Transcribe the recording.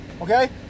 Okay